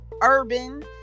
urban